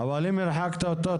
אותו,